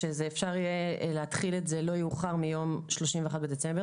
שאפשר יהיה להתחיל את זה לא יאוחר מיום 31 בדצמבר,